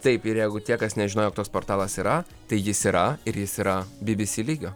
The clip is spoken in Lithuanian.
taip ir jeigu tie kas nežino jog tas portalas yra tai jis yra ir jis yra bbc lygio